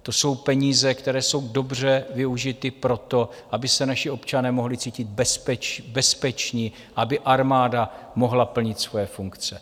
To jsou peníze, které jsou dobře využity pro to, aby se naši občané mohli cítit bezpečně a aby armáda mohla plnit svoje funkce.